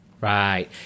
Right